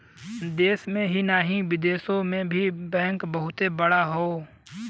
देश में ही नाही बिदेशो मे बैंक बहुते बड़ा बड़ा हौ